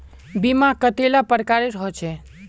बीमा कतेला प्रकारेर होचे?